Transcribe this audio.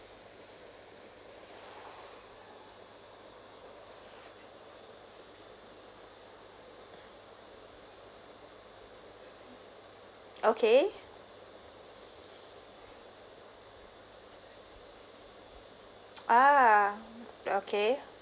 okay ah okay